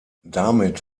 damit